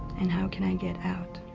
and how can i get out,